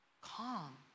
calm